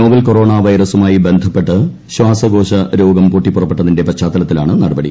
novel corona വൈദ്യ്യൂമായി ബന്ധപ്പെട്ട് ശ്വാസകോശ രോഗം പൊട്ടിപ്പുറപ്പെട്ടതിന്റെ പശ്ചാത്തലത്തിലാണ് നടപടി